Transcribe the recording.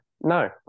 No